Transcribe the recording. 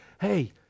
hey